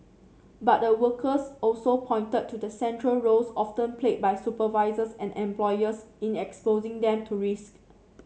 but the workers also pointed to the central roles often played by supervisors and employers in exposing them to risk